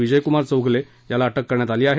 विजयकुमार चौगुले याला अटक करण्यात आली आहे